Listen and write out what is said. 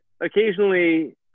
occasionally